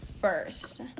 first